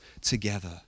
together